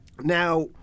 now